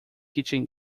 kitchen